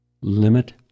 limit